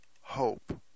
hope